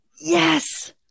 Yes